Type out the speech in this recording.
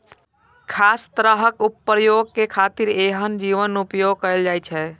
खास तरहक प्रयोग के खातिर एहन जीवक उपोयग कैल जाइ छै